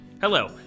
Hello